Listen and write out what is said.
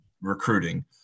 recruiting